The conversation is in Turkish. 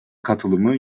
katılımı